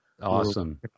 Awesome